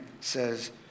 says